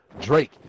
Drake